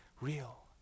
real